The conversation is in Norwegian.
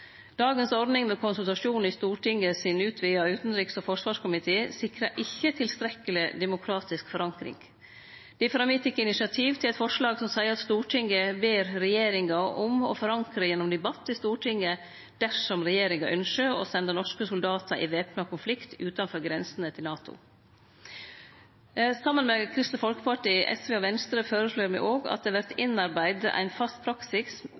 Dagens ordning med konsultasjon i den utvida utanriks- og forsvarskomiteen i Stortinget sikrar ikkje tilstrekkeleg demokratisk forankring. Difor har me teke initiativ til eit forslag som seier at Stortinget ber regjeringa om å forankre gjennom debatt i Stortinget dersom regjeringa ønskjer å sende norske soldatar inn i væpna konflikt utanfor NATO sine grenser. Saman med Kristeleg Folkeparti, SV og Venstre føreslår me òg at det vert innarbeidd ein fast praksis